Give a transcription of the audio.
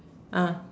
ah